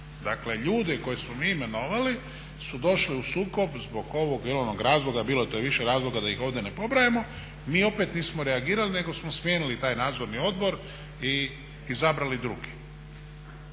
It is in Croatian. dakle ljude koje smo mi imenovali su došli u sukob zbog ovog ili onog razloga, bilo je to više razloga da ih ovdje ne pobrajamo. Mi opet nismo reagirali, nego smo smijenili taj Nadzorni odbor i izabrali drugi.